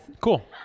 Cool